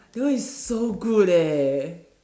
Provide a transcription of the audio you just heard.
that one is so good eh